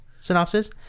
synopsis